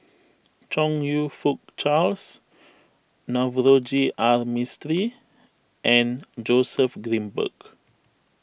Chong You Fook Charles Navroji R Mistri and Joseph Grimberg